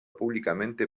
públicamente